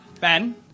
Ben